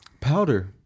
powder